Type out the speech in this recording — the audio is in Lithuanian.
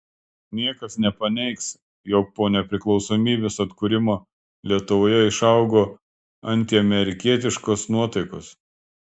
niekas nepaneigs jog po nepriklausomybės atkūrimo lietuvoje išaugo antiamerikietiškos nuotaikos